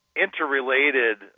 interrelated